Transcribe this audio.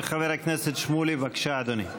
חבר הכנסת שמולי, בבקשה, אדוני.